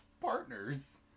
partners